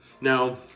Now